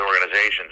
organizations